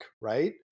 right